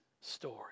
story